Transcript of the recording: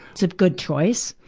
it's a good choice.